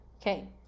Okay